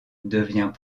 devient